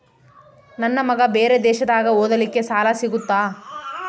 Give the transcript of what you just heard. ನನ್ನ ಮಗ ಬೇರೆ ದೇಶದಾಗ ಓದಲಿಕ್ಕೆ ಸಾಲ ಸಿಗುತ್ತಾ?